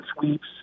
sweeps